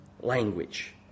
language